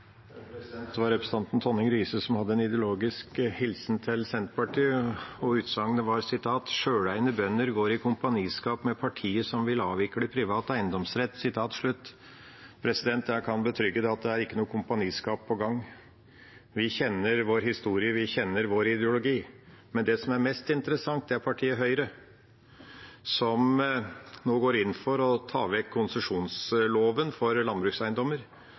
Representanten Tonning Riise hadde en ideologisk hilsen til Senterpartiet. Utsagnet var at «selveiende bønder går i kompaniskap med partiet som vil avvikle den private eiendomsretten». Jeg kan betrygge med at det ikke er noe kompaniskap på gang. Vi kjenner vår historie, vi kjenner vår ideologi. Men det som er mest interessant, er at partiet Høyre nå går inn for å ta vekk konsesjonsloven for landbrukseiendommer.